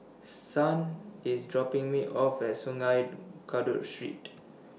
Son IS dropping Me off At Sungei Kadut Street